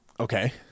Okay